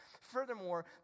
Furthermore